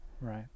right